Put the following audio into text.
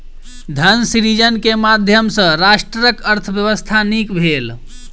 धन सृजन के माध्यम सॅ राष्ट्रक अर्थव्यवस्था नीक भेल